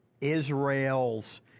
Israel's